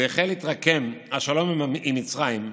והחל להתרקם השלום עם מצרים,